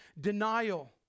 denial